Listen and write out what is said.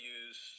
use